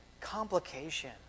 Complication